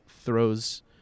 throws